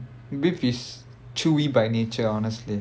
mm beef is chewy by nature honestly